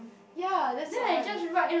ya that's why